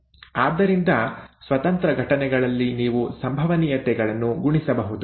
ಆದ್ದರಿಂದ ಸ್ವತಂತ್ರ ಘಟನೆಗಳಲ್ಲಿ ನೀವು ಸಂಭವನೀಯತೆಗಳನ್ನು ಗುಣಿಸಬಹುದು